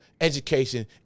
education